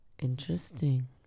Interesting